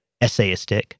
essayistic